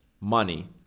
money